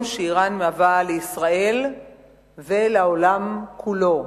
שאירן מהווה למדינת ישראל ולעולם כולו.